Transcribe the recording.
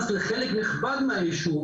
בהוראות התכנית קבעו מרחק מינימלי של חמישים מטר.